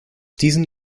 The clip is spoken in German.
diesen